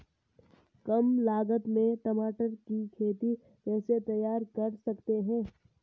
कम लागत में टमाटर की खेती कैसे तैयार कर सकते हैं?